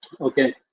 Okay